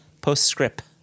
Postscript